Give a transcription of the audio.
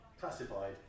classified